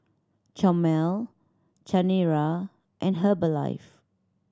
Chomel Chanira and Herbalife